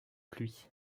pluie